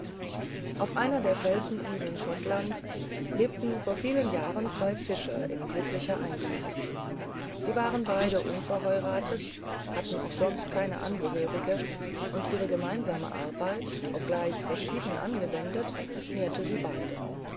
auf einer der felseninseln schottlands lebten vor vielen jahren zwei fischer in glücklicher eintracht sie waren beide unverheuratet hatten auch sonst keine angehörigen und ihre gemeinsame arbeit obgleich verschieden angewendet nährte sie beide